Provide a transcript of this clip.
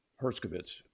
Herskovitz